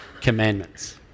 commandments